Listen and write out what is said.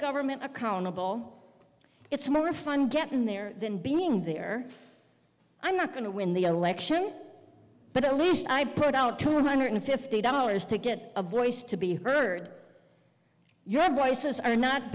government accountable it's more fun getting there than being there i'm not going to win the election but at least i put out two hundred fifty dollars to get a voice to be heard your voices are not